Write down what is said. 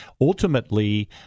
ultimately